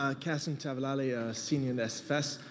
ah cassin tavalali, a senior in sfs.